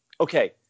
okay